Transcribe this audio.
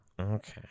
Okay